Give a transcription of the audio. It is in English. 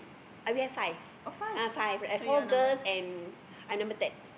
but we have five ah five four girls I'm number ten